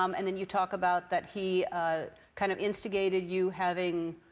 um and then you talk about that he kind of instigated you having